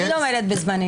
אני תמיד עומדת בזמנים.